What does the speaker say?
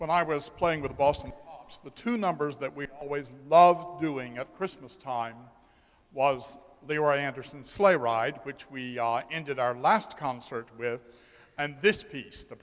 when i was playing with boston the two numbers that we always love doing at christmas time was they were i understand sleigh ride which we ended our last concert with and this